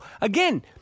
Again